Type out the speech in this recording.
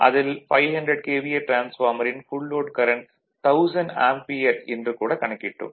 அதில் 500 KVA டிரான்ஸ்பார்மரின் full load current 1000 ampere என்று கூட கணக்கிட்டோம்